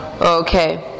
Okay